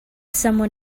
someone